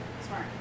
Smart